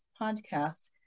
podcast